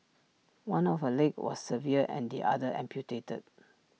one of her legs was severed and the other amputated